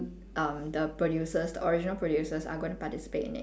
um the producers the original producers are gonna participate in it